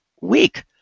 weak